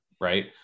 right